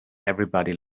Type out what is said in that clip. everybody